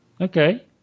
Okay